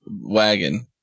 wagon